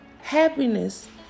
Happiness